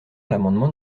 l’amendement